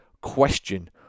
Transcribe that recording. question